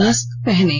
mask पहनें